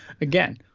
Again